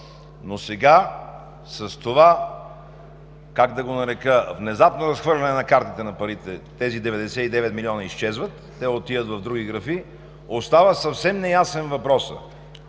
но сега с това, как да го нарека, внезапно разхвърляне на картите – на парите, тези 99 милиона изчезват – те отиват в други графи. Остава съвсем неясен въпросът: